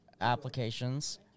applications